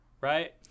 right